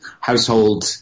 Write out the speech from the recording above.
household